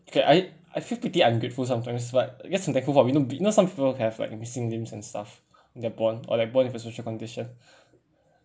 kay I I feel pretty ungrateful sometimes but I guess I'm thankful for you know because some people have like missing limbs and stuff they're born or like born with a social condition